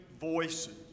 voices